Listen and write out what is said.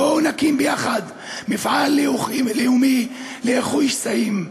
בואו נקים יחד מפעל לאומי לאיחוי שסעים.